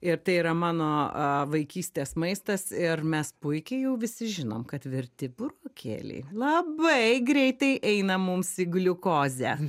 ir tai yra mano vaikystės maistas ir mes puikiai jau visi žinom kad virti burokėliai labai greitai eina mums į gliukozę